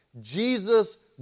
Jesus